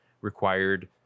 required